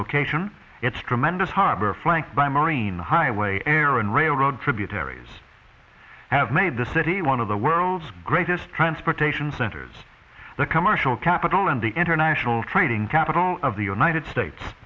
location its tremendous harbor flanked by marine highway air and railroad tributaries have made the city one of the world's greatest transportation centers the commercial capital and the international trading capital of the united states